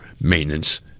maintenance